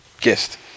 guest